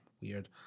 weird